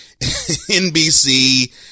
NBC